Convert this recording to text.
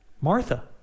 Martha